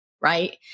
right